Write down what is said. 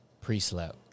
Pre-slap